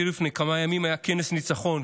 לפני כמה ימים היה אפילו כנס ניצחון,